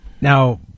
now